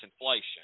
inflation